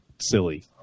silly